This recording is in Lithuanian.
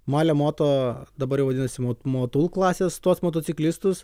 malio moto dabar jau vadinasi mot motul klasės tuos motociklistus